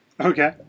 Okay